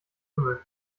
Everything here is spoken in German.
kümmel